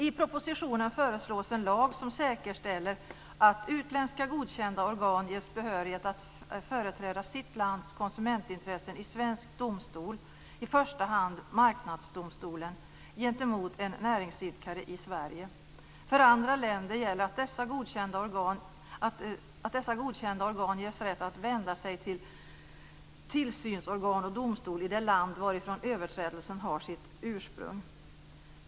I propositionen föreslås en lag som säkerställer att utländska, godkända organ ges behörighet att företräda sitt lands konsumentintressen i svensk domstol, i första hand Marknadsdomstolen, gentemot en näringsidkare i Sverige. För andra länder gäller att dessa godkända organ ges rätt att vända sig till tillsynsorgan och domstol i det land varifrån överträdelsen har sitt ursprung.